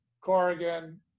Corrigan